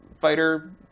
fighter